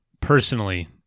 personally